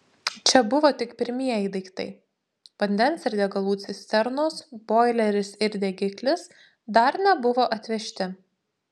čia buvo tik pirmieji daiktai vandens ir degalų cisternos boileris ir degiklis dar nebuvo atvežti